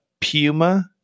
Puma